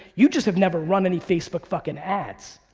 you just have never run any facebook fucking ads.